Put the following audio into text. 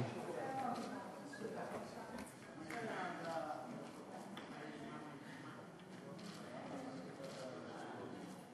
חברי הכנסת, אני מתכבד להודיע לכנסת,